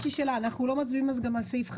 אנחנו לא מצביעים גם על סעיף 5?